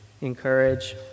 encourage